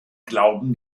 glauben